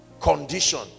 condition